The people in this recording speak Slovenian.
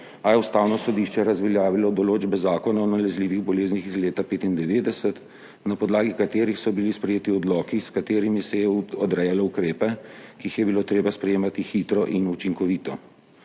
a je Ustavno sodišče razveljavilo določbe Zakona o nalezljivih boleznih iz leta 1995, na podlagi katerih so bili sprejeti odloki, s katerimi se je odrejalo ukrepe, ki jih je bilo treba sprejemati hitro in učinkovito.